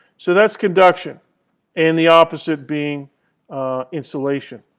so that's conduction and the opposite being insulation.